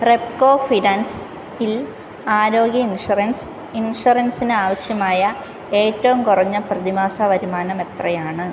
റെപ്കോ ഫിനാൻസിൽ ആരോഗ്യ ഇൻഷുറൻസ് ഇൻഷുറൻസിന് ആവശ്യമായ ഏറ്റവും കുറഞ്ഞ പ്രതിമാസ വരുമാനം എത്രയാണ്